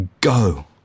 go